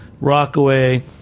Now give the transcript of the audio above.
Rockaway